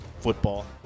football